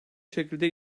şekilde